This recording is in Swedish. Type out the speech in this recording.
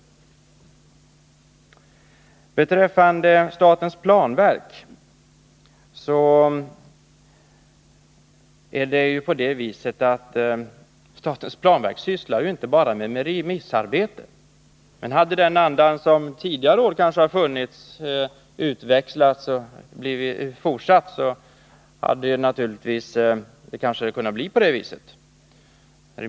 Vad beträffar statens planverk sysslar man där inte bara med remissarbete. Men om den anda som tidigare år har funnits hade utvecklats och fortsatt, så hade det naturligtvis kunnat bli på det viset.